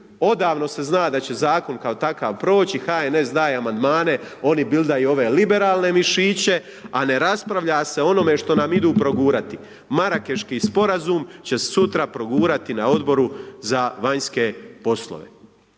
odavno se zna da će Zakon kao takav, proći, HNS daje Amandmane, oni bildaju ove liberalne mišiće, a ne raspravlja se o onome što nam idu progurati. Marakeški Sporazum će sutra progurati na Odboru za vanjske poslove